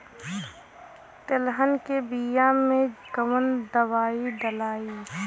तेलहन के बिया मे कवन दवाई डलाई?